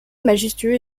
majestueux